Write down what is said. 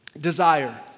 Desire